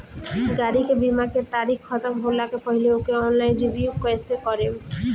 गाड़ी के बीमा के तारीक ख़तम होला के पहिले ओके ऑनलाइन रिन्यू कईसे करेम?